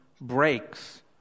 breaks